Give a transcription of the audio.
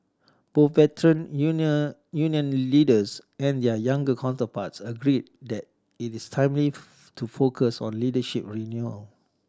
both Veteran Union union leaders and their younger counterparts agreed that it is timely to focus on leadership renewal